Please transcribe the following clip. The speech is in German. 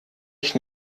ich